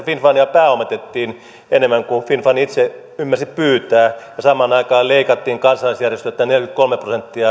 pääomitettiin enemmän kuin finnfund itse ymmärsi pyytää ja samaan aikaan leikattiin kansalaisjärjestöiltä neljäkymmentäkolme prosenttia